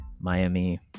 Miami